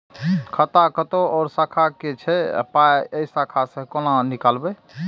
खाता कतौ और शाखा के छै पाय ऐ शाखा से कोना नीकालबै?